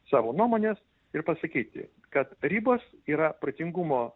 savo nuomonės ir pasakyti kad ribos yra protingumo